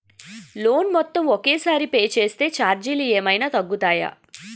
Loan మొత్తం ఒకే సారి పే చేస్తే ఛార్జీలు ఏమైనా తగ్గుతాయా?